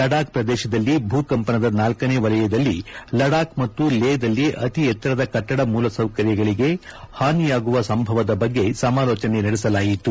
ಲಡಾಖ್ ಪ್ರದೇಶದಲ್ಲಿ ಭೂಕಂಪನದ ನಾಲ್ಕನೇ ವಲಯದಲ್ಲಿ ಲಡಾಖ್ ಮತ್ತು ಲೇಃದಲ್ಲಿ ಅತೀ ಎತ್ತರದ ಕಟ್ಟಡ ಮೂಲಸೌಕರ್ಯಗಳಿಗೆ ಹಾನಿಯಾಗುವ ಸಂಭವದ ಬಗ್ಗೆ ಸಮಾಲೋಚನೆ ನಡೆಯಿತು